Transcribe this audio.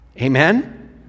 Amen